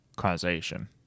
causation